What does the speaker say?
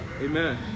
Amen